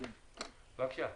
בבקשה.